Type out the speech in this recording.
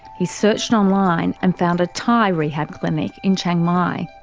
he searched online and found a thai rehab clinic in chiang mai.